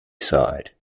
side